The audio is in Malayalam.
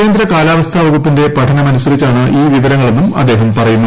കേന്ദ്ര കാലാവസ്ഥാ വകുപ്പിന്റെ പഠനമനുസരിച്ചാണ് ഈ വിവരങ്ങളെന്നും അദ്ദേഹം പറയുന്നു